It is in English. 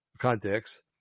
Context